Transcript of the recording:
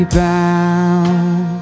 bound